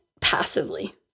passively